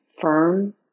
firm